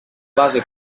base